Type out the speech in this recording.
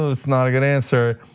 it's not a good answer.